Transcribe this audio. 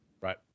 Right